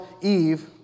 Eve